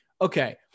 okay